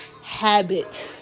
habit